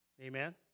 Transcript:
Amen